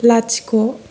लाथिख'